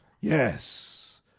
Yes